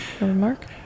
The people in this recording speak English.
Mark